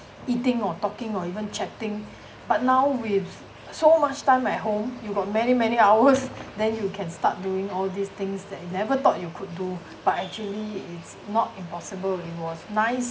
eating or talking or even chatting but now with so much time at home you got many many hours then you can start doing all these things that you never thought you could do but actually is not impossible it was nice